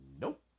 Nope